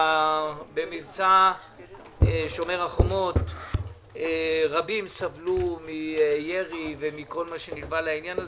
במבצע "שומר החומות" רבים סבלו מירי ומכל מה שנלווה לעניין הזה